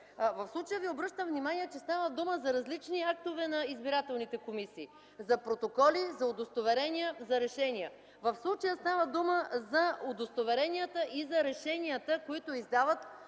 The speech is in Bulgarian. В случая Ви обръщам внимание, че става дума за различни актове на избирателните комисии – за протоколи, за удостоверения, за решения. В случая става дума за удостоверенията и за решенията, които издават